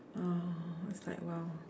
uh it's like !wow!